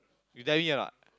you dare me or not